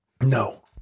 No